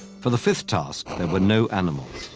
for the fifth task, there were no animals,